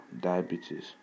diabetes